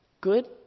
good